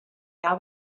now